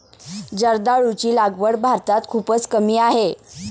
जर्दाळूची लागवड भारतात खूपच कमी आहे